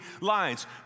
lines